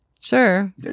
Sure